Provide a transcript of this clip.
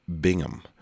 Bingham